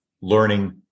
learning